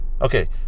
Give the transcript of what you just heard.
Okay